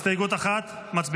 הסתייגות 1, מצביעים?